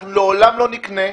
אנחנו לעולם לא נקנה.